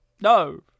No